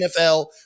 NFL